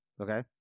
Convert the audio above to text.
Okay